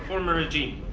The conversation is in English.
emergency